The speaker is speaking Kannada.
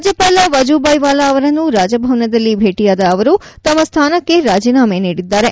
ರಾಜ್ಯಪಾಲ ವಜುಬಾಯಿ ವಾಲಾ ಅವರನ್ನು ರಾಜಭವನದಲ್ಲಿ ಭೇಟಿಯಾದ ಅವರು ತಮ್ಮ ಸ್ಠಾನಕ್ಕೆ ರಾಜಿನಾಮೆ ನೀಡಿದ್ದಾರೆ